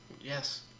Yes